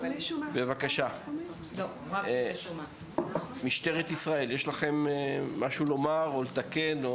בבקשה, משטרת ישראל, יש לכם משהו לומר או לתקן?